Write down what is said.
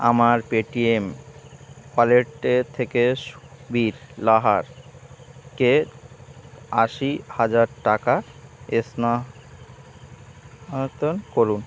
আমার Paytm ওয়ালেটে থেকে সুবীর লাহারকে আশি হাজার টাকা স্থানান্তর করুন